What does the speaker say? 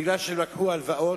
בגלל שהם לקחו הלוואות,